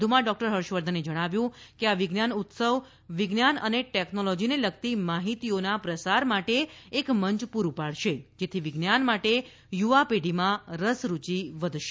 વધુમાં ડોકટર હર્ષવર્ધને જણાવ્યું કે આ વિજ્ઞાન ઉત્સવ વિજ્ઞાન અને ટેકનોલોજીને લગતી માહિતીઓના પ્રસાર માટે એક મંચ પૂરૂ પાડશે જેથી વિજ્ઞાન માટે યુવા પેઢીમાં રસ રૂચિ વધશે